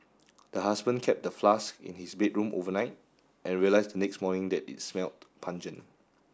the husband kept the flask in his bedroom overnight and realised the next morning that it smelt pungent